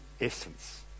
essence